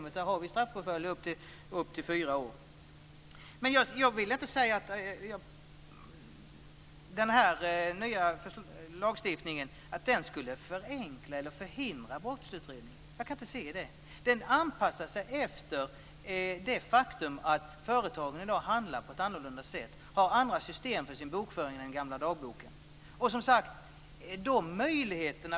För dem finns det straffpåföljder på upp till fyra år. Jag kan inte finna att den nya lagstiftningen skulle förhindra brottsutredning. Den anpassar sig efter det faktum att företagen i dag har andra system för sin bokföring än den gamla dagboken och agerar på annat sätt.